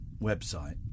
website